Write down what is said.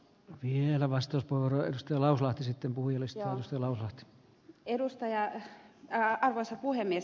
viini elävästä poroista lausahti sitten puille seoksella edustaja ja arvoisa puhemies